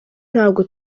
ntabwo